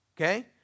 okay